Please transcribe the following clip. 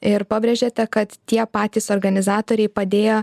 ir pabrėžėte kad tie patys organizatoriai padėjo